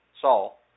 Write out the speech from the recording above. Saul